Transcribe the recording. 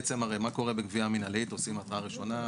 בגבייה מינהלית עושים התראה ראשונה,